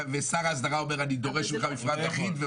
ושר ההסדרה אומר אני דורש ממך מפרט אחיד.